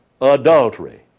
adultery